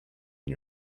and